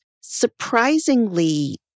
surprisingly